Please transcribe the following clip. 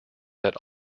that